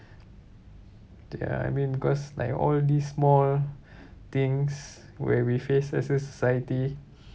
ya I mean because like all these small things where we face as a society